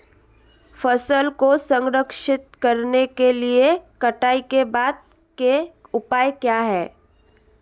फसल को संरक्षित करने के लिए कटाई के बाद के उपाय क्या हैं?